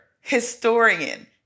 historian